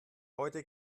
heute